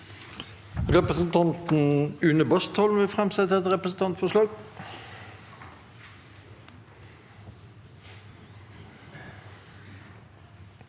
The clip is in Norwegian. Representanten Une Bast- holm vil framsette et representantforslag.